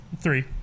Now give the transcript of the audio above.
three